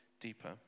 deeper